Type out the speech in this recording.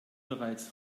bereits